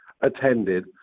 attended